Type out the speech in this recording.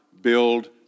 build